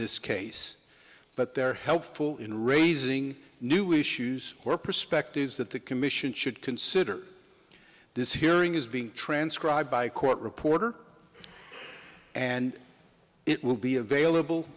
this case but they're helpful in raising new issues or perspectives that the commission should consider this hearing is being transcribed by court reporter and it will be available